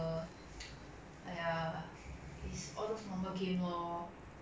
err you need to introduce yourself from the course what you like